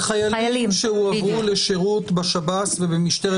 בחיילים שהועברו לשירות בשב"ס ובמשטרת